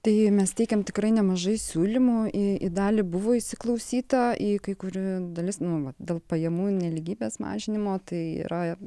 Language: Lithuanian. tai mes teikiam tikrai nemažai siūlymų į dalį buvo įsiklausyta į kai kurių dalis nu va dėl pajamų nelygybės mažinimo tai yra